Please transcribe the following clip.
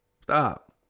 Stop